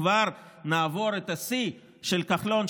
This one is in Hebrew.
כבר נעזוב את השיא של כחלון,